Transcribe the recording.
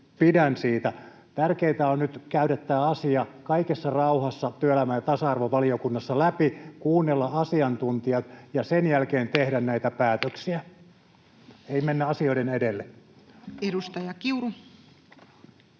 pidän siitä. Tärkeintä on nyt käydä tämä asia kaikessa rauhassa työelämä- ja tasa-arvovaliokunnassa läpi, kuunnella asiantuntijat, ja sen jälkeen tehdä näitä päätöksiä. Ei mennä asioiden edelle. [Aino-Kaisa